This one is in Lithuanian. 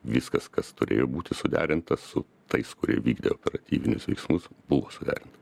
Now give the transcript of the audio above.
viskas kas turėjo būti suderinta su tais kurie vykdė operatyvinius veiksmus buvo suderinta